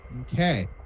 Okay